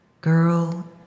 girl